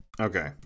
Okay